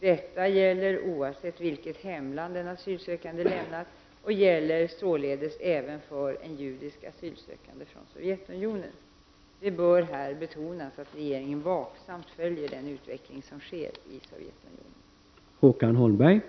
Detta gäller oavsett vilket hemland den asylsökande lämnat och gäller således även för en judisk asylsökande från Sovjetunionen. Det bör här betonas att regeringen vaksamt följer den utveckling som sker i Sovjetunionen.